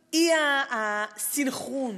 האי-סנכרון,